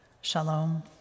Shalom